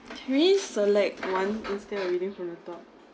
can we select one instead of reading from the top